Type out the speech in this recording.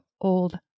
old